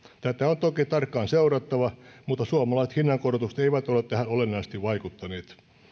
tätä on toki tarkkaan seurattava mutta suomalaiset hinnankorotukset eivät ole tähän olennaisesti vaikuttaneet